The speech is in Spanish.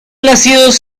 nacidos